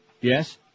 yes